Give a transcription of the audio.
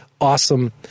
Awesome